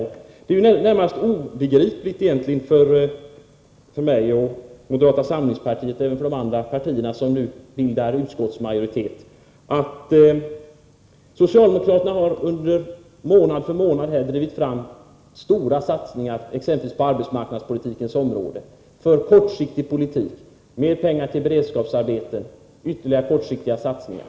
Socialdemokraternas agerande är närmast obegripligt för mig och moderata samlingspartiet — och även för de andra partierna som tillsammans med oss nu bildar utskottsmajoritet. Socialdemokraterna har månad efter månad drivit fram stora satsningar — exempelvis inom arbetsmarknadspolitikens område — på kortsiktiga åtgärder. Man har anslagit mer pengar till beredskapsarbeten och gjort andra kortsiktiga satsningar.